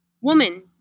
Woman